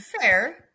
fair